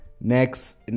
next